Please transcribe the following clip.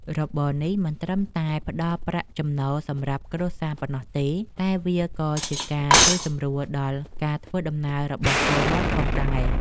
របរនេះមិនត្រឹមតែផ្ដល់ប្រាក់ចំណូលសម្រាប់គ្រួសារប៉ុណ្ណោះទេតែវាក៏ជាការជួយសម្រួលដល់ការធ្វើដំណើររបស់ពលរដ្ឋផងដែរ។